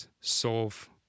solve